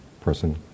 person